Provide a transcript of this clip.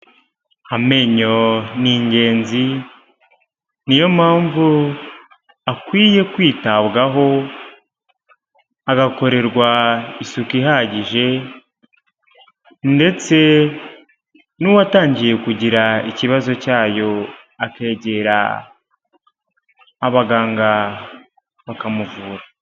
Amenyo ni ingenzi, ni yo mpamvu akwiye kwitabwaho, agakorerwa isuku ihagije ndetse n'uwatangiye kugira ikibazo cyayo akegera abaganga bakamuvura.